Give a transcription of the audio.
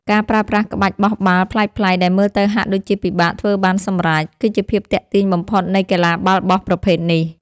ការប្រើប្រាស់ក្បាច់បោះបាល់ប្លែកៗដែលមើលទៅហាក់ដូចជាពិបាកធ្វើបានសម្រេច គឺជាភាពទាក់ទាញបំផុតនៃកីឡាបាល់បោះប្រភេទនេះ។